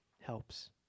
helps